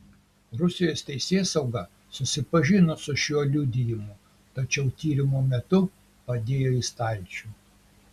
rusijos teisėsauga susipažino su šiuo liudijimu tačiau tyrimo metu padėjo į stalčių